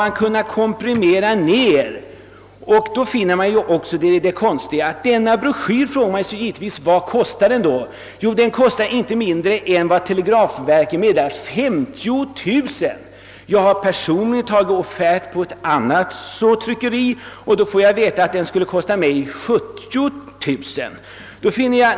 Man frågar sig givetvis vad televerkets broschyr kostar. Enligt vad verket meddelar kostar den inte mindre än 50 000 kronor. Jag har själv infordrat offert från annat tryckeri och fått veta att en sådan broschyr skulle kosta mig 70 000 kronor.